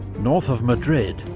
north of madrid,